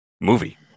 movie